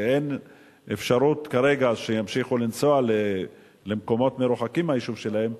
שאין אפשרות כרגע שימשיכו לנסוע למקומות מרוחקים מהיישוב שלהם,